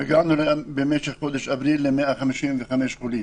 הגענו במשך חודש אפריל ל-155 חולים.